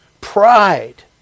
Pride